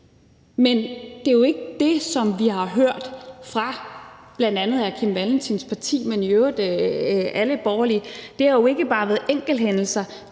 men det er jo ikke det, som vi har hørt fra bl.a. hr. Kim Valentins parti, eller i øvrigt alle borgerlige, for det har jo ikke bare været enkelthændelser,